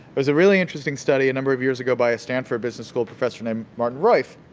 was a really interesting study a number of years ago by a stanford business school professor named martin roif,